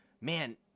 man